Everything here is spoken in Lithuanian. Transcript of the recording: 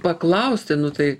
paklausti nu tai